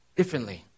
differently